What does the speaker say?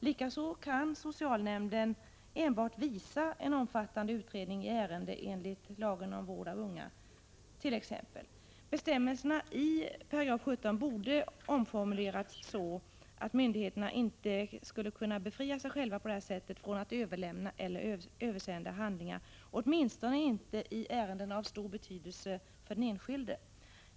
Likaså kan socialnämnd enbart visa en omfattande utredning i ärende enligt lagen om vård av unga — t.ex. Bestämmelserna i 17 § borde ha omformulerats så, att myndigheterna inte på det här sättet skall kunna befria sig själva från skyldigheten att överlämna eller översända handlingar — åtminstone inte i ärenden av stor betydelse för den enskilde.